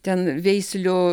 ten veislių